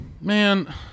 man